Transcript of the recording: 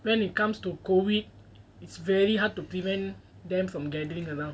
when it comes to COVID it's very hard to prevent them from gathering around